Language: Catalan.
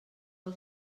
els